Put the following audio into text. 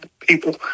people